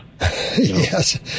Yes